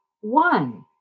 one